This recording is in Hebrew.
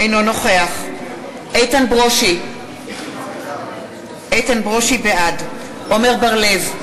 אינו נוכח איתן ברושי, בעד עמר בר-לב,